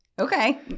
Okay